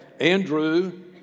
Andrew